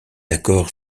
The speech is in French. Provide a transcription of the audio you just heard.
accord